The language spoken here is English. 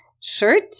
shirt